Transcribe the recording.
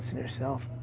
yourself.